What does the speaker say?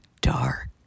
dark